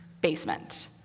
basement